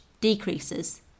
decreases